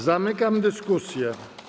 Zamykam dyskusję.